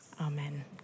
Amen